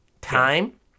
time